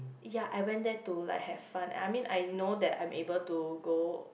ya I went there to like have fun and I mean I know that I'm able to go